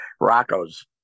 rocco's